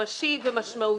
ממשי ומשמעותי.